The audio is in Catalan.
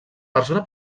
persona